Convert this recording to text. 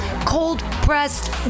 cold-pressed